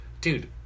Dude